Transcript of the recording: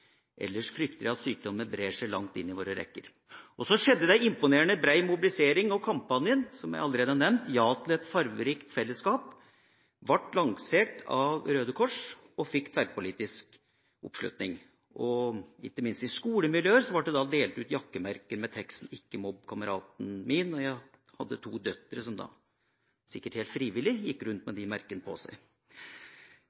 Ellers frykter jeg at sykdommen brer seg langt inn i våre rekker.» Så skjedde det en imponerende brei mobilisering, og kampanjen, som jeg allerede har nevnt, «Ja til et fargerikt fellesskap», ble lansert av Røde Kors og fikk tverrpolitisk oppslutning. Ikke minst i skolemiljøer ble det delt ut jakkemerker med teksten: «Ikke mobb kameraten min.» Jeg hadde to døtre som, sikkert helt frivillig, gikk rundt med